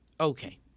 Okay